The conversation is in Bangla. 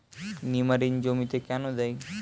নিমারিন জমিতে কেন দেয়?